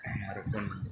மறக்கம்